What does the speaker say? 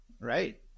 right